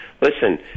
Listen